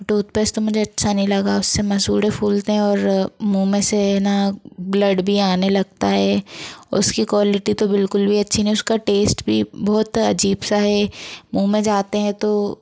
toothpaste तो मुझे अच्छा नहीं लगा उस से मसूड़े फूलते हैं और मूँह में से है ना ब्लड भी आने लगता है उसकी कौलिटी तो बिल्कुल भी अच्छी नहीं उसका टेस्ट भी बहुत अजीब सा है मूँह में जाता हैं तो